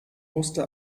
musste